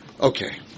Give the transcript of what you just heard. Okay